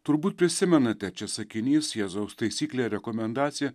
turbūt prisimenate čia sakinys jėzaus taisyklė rekomendacija